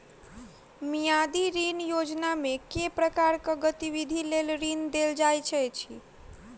मियादी ऋण योजनामे केँ प्रकारक गतिविधि लेल ऋण देल जाइत अछि